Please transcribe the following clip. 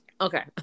okay